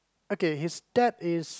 okay his dad is